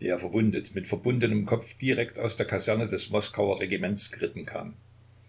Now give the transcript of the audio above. der verwundet mit verbundenem kopf direkt aus der kaserne des moskauer regiments geritten kam